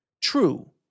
True